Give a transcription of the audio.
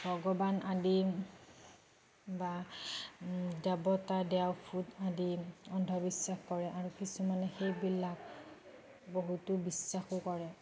ভগৱান আদি বা দেৱতা দেও ভূত আদি অন্ধবিশ্বাস কৰে আৰু কিছুমানে সেইবিলাক বহুতো বিশ্বাসো কৰে